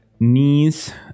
knees